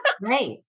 Right